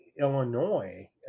Illinois